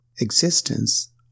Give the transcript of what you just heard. existence